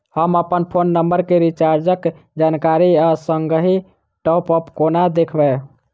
हम अप्पन phone number केँ रिचार्जक जानकारी आ संगहि टॉप अप कोना देखबै?